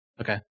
Okay